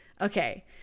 Okay